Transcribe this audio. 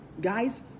guys